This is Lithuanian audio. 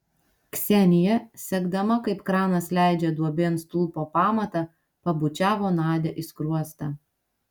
ksenija sekdama kaip kranas leidžia duobėn stulpo pamatą pabučiavo nadią į skruostą